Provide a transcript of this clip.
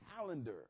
calendar